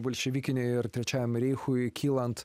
bolševikinei ir trečiajam reichui kylant